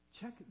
check